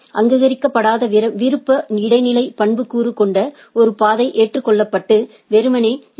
அங்கீகரிக்கப்படாத விருப்ப இடைநிலை பண்புக்கூறு கொண்ட ஒரு பாதை ஏற்றுக்கொள்ளப்பட்டு வெறுமனே பி